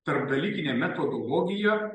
tarpdalykinė metodologija